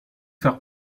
faire